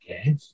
Okay